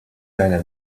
deine